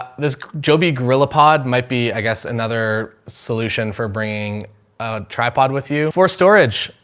this joby gorillapod might be, i guess another solution for bringing a tripod with you for storage.